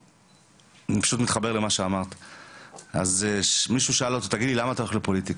מישהו שאל אותו למה הוא הולך לפוליטיקה.